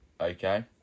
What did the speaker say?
Okay